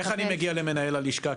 איך אני מגיע למנהל הלשכה?